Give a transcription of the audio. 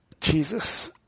Jesus